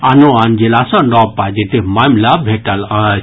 आनो आन जिला सँ नव पॉजीटिव मामिला भेटल अछि